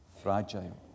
fragile